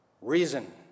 Reason